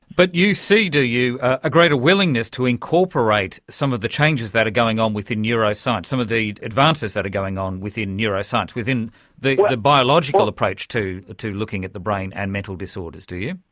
but you see, do you, a greater willingness to incorporate some of the changes that are going on within neuroscience, some of the advances that are going on within neuroscience, within the the biological approach to to looking at the brain and mental disorders, disorders, do you?